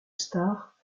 star